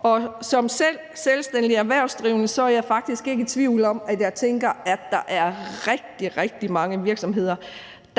og som selvstændig erhvervsdrivende er jeg faktisk ikke i tvivl om, at der er rigtig, rigtig mange virksomheder, der allerede